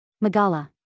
Magala